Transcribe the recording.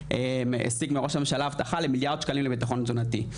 השיג מראש הממשלה הבטחה למיליארד שקלים לביטחון תזונתי,